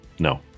No